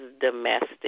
domestic